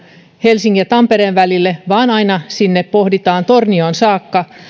helsingin ja tampereen välille vaan pohditaan aina sinne tornioon saakka